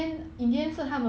orh